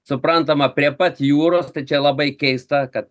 suprantama prie pat jūros tai čia labai keista kad